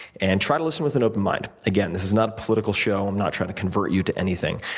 and try to listen with an open mind. again, this is not a political show. i'm not trying to convert you to anything.